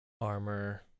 armor